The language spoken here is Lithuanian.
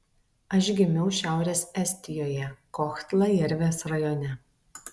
aš gimiau šiaurės estijoje kohtla jervės rajone